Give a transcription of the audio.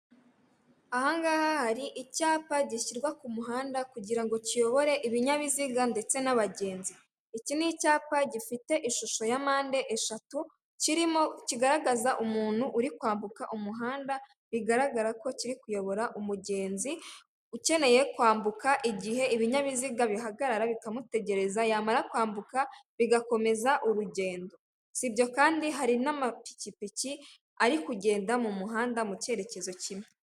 Aha ngaha hari icyapa gishyirwa ku muhanda kugira ngo kiyobore ibinyabiziga ndetse n'abagenzi, iki ni icyapa gifite ishusho ya mpande eshatu kirimo kigaragaza umuntu uri kwambuka umuhanda bigaragara ko kiri kuyobora umugenzi ukeneye kwambuka igihe ibinyabiziga bihagarara bikamutegereza yamara kwambuka bigakomeza urugendo, sibyo kandi hari n'amapikipiki ari kugenda mu muhanda mu cyerekezo kimwe.